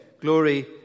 Glory